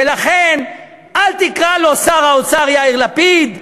ולכן אל תקרא לו שר האוצר יאיר לפיד,